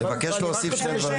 אבל אני רק רוצה לשאול שאלה.